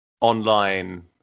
online